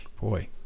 boy